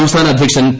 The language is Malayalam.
സംസ്ഥാന അധ്യക്ഷൻ പി